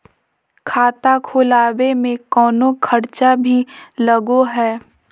खाता खोलावे में कौनो खर्चा भी लगो है?